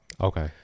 Okay